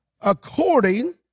according